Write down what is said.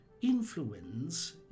influence